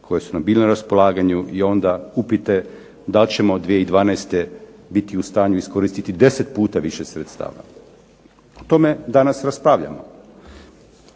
koji su nam bili na raspolaganju i onda upite da li ćemo 2012. biti u stanju iskoristiti 10 puta više sredstava. O tome danas raspravljamo.